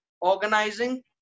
organizing